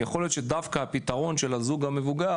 יכול להיות שדווקא הפתרון של הזוג המבוגר,